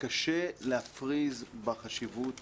קשה להפריז בחשיבות